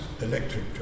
electric